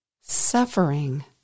suffering